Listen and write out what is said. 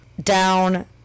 down